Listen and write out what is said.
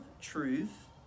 truth